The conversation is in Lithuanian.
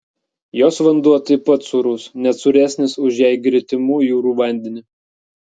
jos vanduo taip pat sūrus net sūresnis už jai gretimų jūrų vandenį